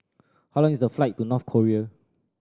how long is the flight to North Korea